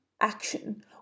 action